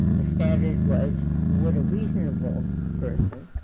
the standard was would a reasonable person